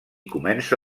comença